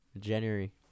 January